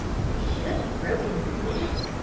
he should have broken his neck,